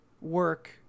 work